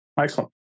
Excellent